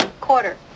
quarter